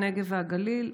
הנגב והגליל,